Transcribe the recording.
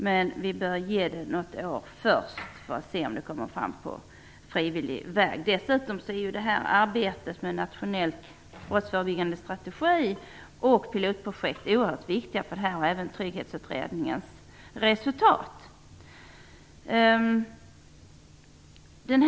Men vi bör först ge det något år för att se om de kommer fram på frivillig väg. Dessutom är arbetet med en nationell brottsförebyggande strategi, pilotprojekt och även Trygghetsutredningens resultat oerhört viktigt för detta.